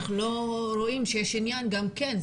אנחנו לא רואים שיש עניין גם כן.